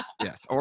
Yes